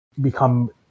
become